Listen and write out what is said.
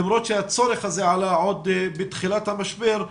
למרות שהצורך הזה עלה עוד בתחילת המשבר,